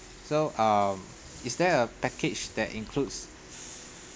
so um is there a package that includes